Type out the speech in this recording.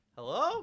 Hello